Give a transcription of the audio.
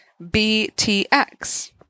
Btx